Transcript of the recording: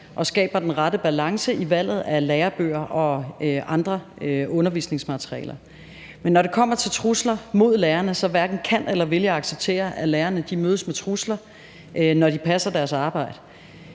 og skaber den rette balance i valget af lærebøger og andre undervisningsmaterialer. Men når det kommer til trusler mod lærerne, hverken kan eller vil jeg acceptere, at lærerne mødes med trusler, når de passer deres arbejde.